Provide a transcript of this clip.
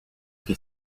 qui